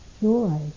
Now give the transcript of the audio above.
joy